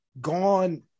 gone